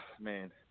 man